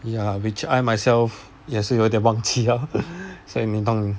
ya which I myself 也是有点忘记了所以你懂